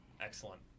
Excellent